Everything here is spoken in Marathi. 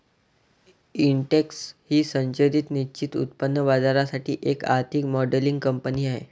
इंटेक्स ही संरचित निश्चित उत्पन्न बाजारासाठी एक आर्थिक मॉडेलिंग कंपनी आहे